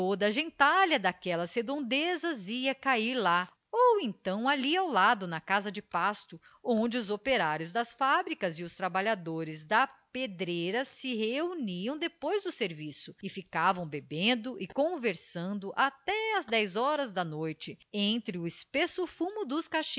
a gentalha daquelas redondezas ia cair lá ou então ali ao lado na casa de pasto onde os operários das fábricas e os trabalhadores da pedreira se reuniam depois do serviço e ficavam bebendo e conversando até as dez horas da noite entre o espesso fumo